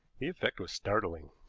the effect was startling.